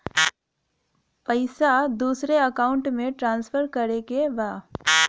पैसा दूसरे अकाउंट में ट्रांसफर करें के बा?